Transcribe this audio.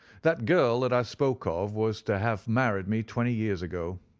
that girl that i spoke of was to have married me twenty years ago.